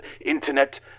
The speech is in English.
internet